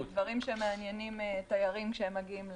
דברים שמעניינים תיירים שמגיעים לארץ.